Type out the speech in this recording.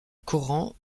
coran